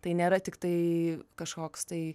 tai nėra tiktai kažkoks tai